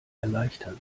erleichtern